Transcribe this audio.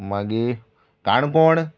मागी काणकोण